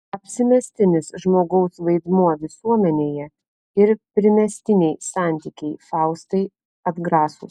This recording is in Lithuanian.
apsimestinis žmogaus vaidmuo visuomenėje ir primestiniai santykiai faustai atgrasūs